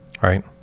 right